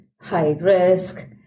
high-risk